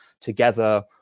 together